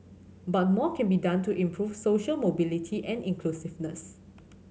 but more can be done to improve social mobility and inclusiveness